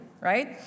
right